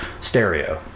stereo